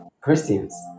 christians